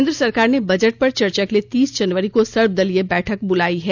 केंद्र सरकार ने बजट पर चर्चा के लिए तीस जनवरी को सर्वदलीय बैठक बुलाई है